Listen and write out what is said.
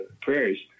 prayers